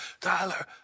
Tyler